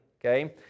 okay